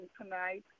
tonight